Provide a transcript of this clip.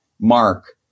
mark